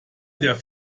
der